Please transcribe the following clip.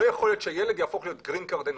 לא יכול שילד יהפוך להיות גרינקארד אנושי.